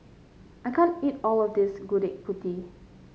I can't eat all of this Gudeg Putih